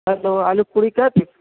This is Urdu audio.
ہیلو آلو پوڑی